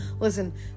Listen